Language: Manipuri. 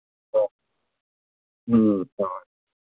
ꯑꯣ ꯎꯝ ꯎꯝ ꯍꯣꯏ ꯍꯣꯏ